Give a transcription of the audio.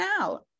out